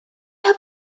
have